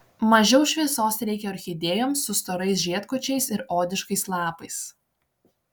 mažiau šviesos reikia orchidėjoms su storais žiedkočiais ir odiškais lapais